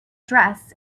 dress